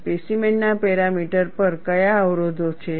સ્પેસીમેનના parameter પર કયા અવરોધો છે